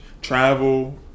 Travel